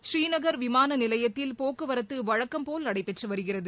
ஸ்ரீநகர் விமானநிலையத்தில் போக்குவரத்து வழக்கம் போல் நடைபெற்று வருகிறது